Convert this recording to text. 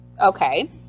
Okay